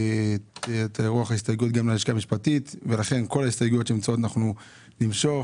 את רוב ההסתייגות שנמצאות נמשוך,